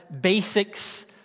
basics